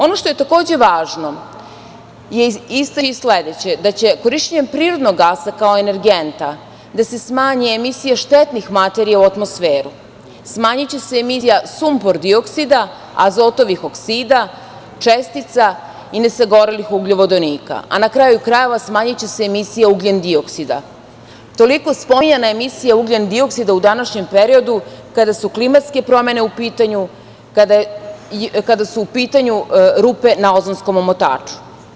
Ono što je takođe važno istaći je sledeće: da će korišćenjem prirodnog gasa kao energenta gde se smanjuju emisije štetnih materija u atmosferu, smanjiće se emisija sumpor-dioksida, azotovih oksida, čestica i nesagorelih ugljovodonika, a na kraju krajeva smanjiće se emisija ugljendioksida, toliko spominjana emisija ugljendioksida u današnjem periodu kada su klimatske promene u pitanju, kada su u pitanju rupe na ozonskom omotaču.